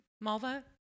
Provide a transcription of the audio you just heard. malva